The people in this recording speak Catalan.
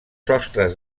sostres